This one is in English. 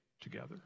together